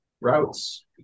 routes